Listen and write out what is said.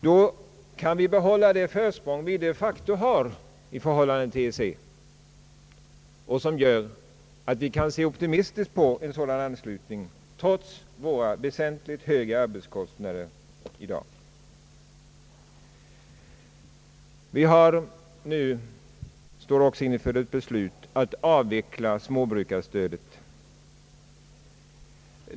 Då kan vi behålla det försprång vi de facto har i förhållande till EEC och som gör att vi kan se optimistiskt på en sådan anslutning trots våra väsentligt högre arbetskostnader i dag. Vi står nu också inför ett beslut om att avveckla småbrukarstödet.